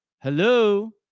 Hello